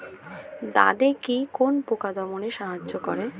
দাদেকি কোন পোকা দমনে সাহায্য করে?